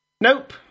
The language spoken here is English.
nope